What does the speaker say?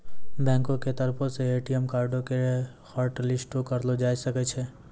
बैंको के तरफो से ए.टी.एम कार्डो के हाटलिस्टो करलो जाय सकै छै